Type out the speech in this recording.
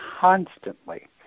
constantly